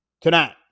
tonight